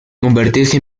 convertirse